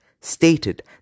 stated